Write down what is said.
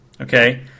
okay